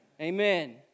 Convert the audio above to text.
Amen